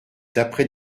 d’après